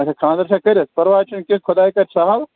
اَچھا خانٛدَر چھا کٔرِتھ پرواے چھُنہٕ کیٚنٛہہ خۄداے کَر سَہل